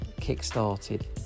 kick-started